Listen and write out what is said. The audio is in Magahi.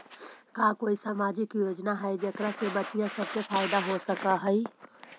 का कोई सामाजिक योजना हई जेकरा से बच्चियाँ सब के फायदा हो सक हई?